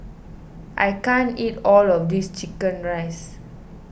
I can't eat all of this Chicken Rice